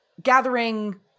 gathering